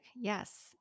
Yes